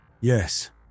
Yes